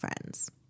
friends